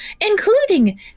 including